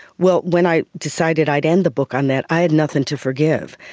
well, when i decided i'd end the book on that, i had nothing to forgive,